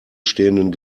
stehenden